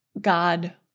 God